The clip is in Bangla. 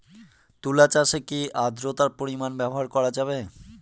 তুলা চাষে কি আদ্রর্তার পরিমাণ ব্যবহার করা যাবে?